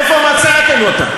איפה מצאתם אותו?